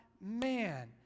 man